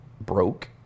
broke